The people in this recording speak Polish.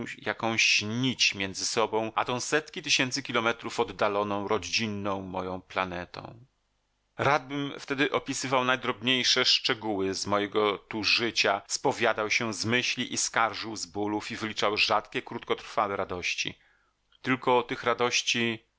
jakąś nić między sobą a tą setki tysięcy kilometrów oddaloną rodzinną moją planetą radbym wtedy opisywał najdrobniejsze szczegóły z mojego tu życia spowiadał się z myśli i skarżył z bólów i wyliczał rzadkie krótkotrwałe radości tylko tych radości